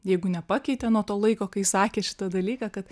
jeigu nepakeitė nuo to laiko kai sakė šitą dalyką kad